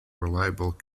reliable